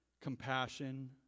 compassion